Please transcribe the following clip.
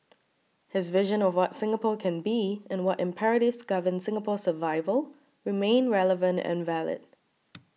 his vision of what Singapore can be and what imperatives govern Singapore's survival remain relevant and valid